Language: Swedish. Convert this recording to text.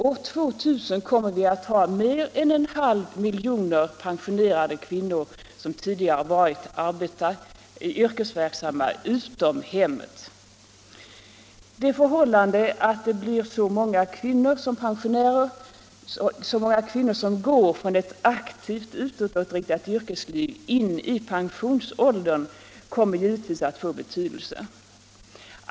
År 2000 kommer vi att ha mer än en halv miljon kvinnor som tidigare varit yrkesverksamma utom hemmet. Det förhållandet att det blir så många kvinnor som går från ett aktivt utåtriktat yrkesliv in i pensionsåldern kommer givetvis att få betydelse.